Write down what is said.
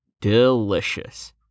Delicious